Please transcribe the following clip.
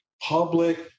public